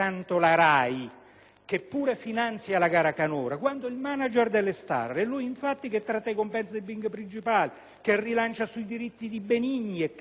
che pure finanzia la gara canora, quanto il manager delle *star*. È lui, infatti, che tratta i compensi dei *big* principali, che rilancia sui diritti di Benigni e che, forse